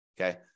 okay